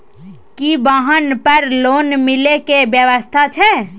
की वाहन पर लोन मिले के व्यवस्था छै?